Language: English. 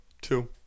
two